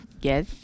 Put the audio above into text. yes